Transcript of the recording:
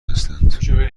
هستند